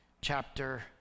chapter